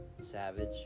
savage